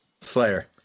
Slayer